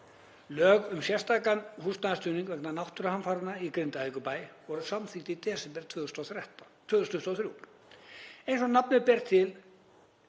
Lög um sérstakan húsnæðisstuðning vegna náttúruhamfaranna í Grindavíkurbæ voru samþykkt í desember 2023. Eins og nafnið gefur til